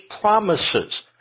promises